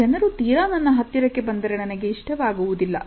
ಜನರು ತೀರಾ ನನ್ನ ಹತ್ತಿರಕ್ಕೆ ಬಂದರೆ ನನಗೆ ಇಷ್ಟವಾಗುವುದಿಲ್ಲ